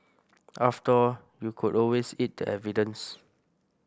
after all you could always eat the evidence